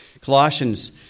Colossians